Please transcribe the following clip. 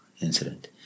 incident